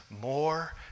more